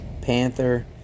Panther